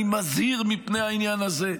אני מזהיר מפני העניין הזה.